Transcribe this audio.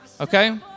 Okay